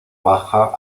baja